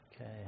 Okay